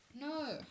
no